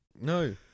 No